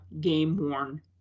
game-worn